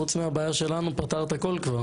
חוץ מהבעיה שלנו פתרת הכול כבר,